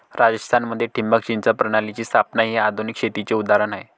राजस्थान मध्ये ठिबक सिंचन प्रणालीची स्थापना हे आधुनिक शेतीचे उदाहरण आहे